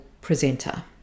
presenter